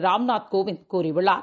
ராம்நாத் கோவிந்த் கூறியுள்ளார்